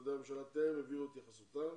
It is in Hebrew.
משרדי הממשלה טרם הביאו את התייחסותם